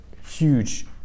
huge